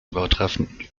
übertreffen